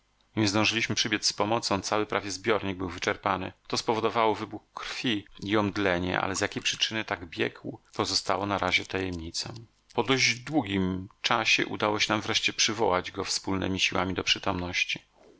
nim zdążyliśmy przybiec z pomocą cały prawie zbiornik był wyczerpany to spowodowało wybuch krwi i omdlenie ale z jakiej przyczyny tak biegł pozostało na razie tajemnicą po dość długim czasie udało się nam wreszcie przywołać go wspólnemi siłami do przytomności